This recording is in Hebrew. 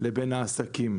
לבין העסקים,